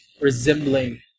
resembling